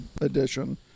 edition